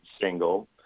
single